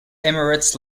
emirates